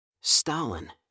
Stalin